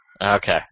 Okay